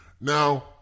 Now